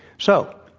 so,